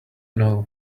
know